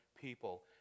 people